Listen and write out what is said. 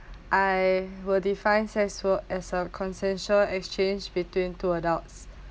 I would define sex work as a consensual exchange between two adults